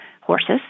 horses